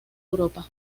europa